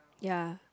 ya